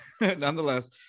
nonetheless